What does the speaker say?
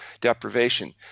deprivation